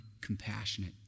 compassionate